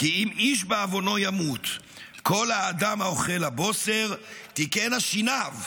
כי אם איש בעֲוֺנו ימות כל האדם האוכל הבֹּסר תקהינה שִניו".